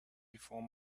before